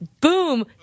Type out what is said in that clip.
Boom